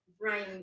brain